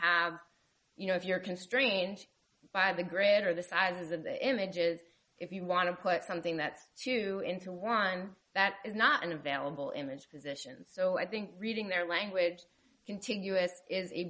have you know if you're constrained by the greater the size of the images if you want to put something that's too into one that is not an available image positions so i think reading their language continu